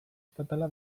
estatala